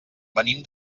venim